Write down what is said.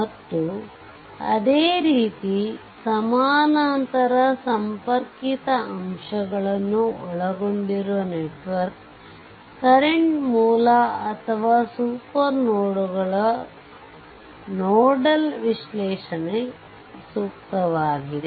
ಮತ್ತು ಅದೇ ರೀತಿ ಸಮಾನಾಂತರ ಸಂಪರ್ಕಿತ ಅಂಶಗಳನ್ನು ಒಳಗೊಂಡಿರುವ ನೆಟ್ವರ್ಕ್ ಕರೆಂಟ್ ಮೂಲ ಅಥವಾ ಸೂಪರ್ ನೋಡ್ ಗಳು ನೋಡಲ್ ವಿಶ್ಲೇಷಣೆಗೆ ಸೂಕ್ತವಾಗಿವೆ